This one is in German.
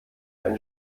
ein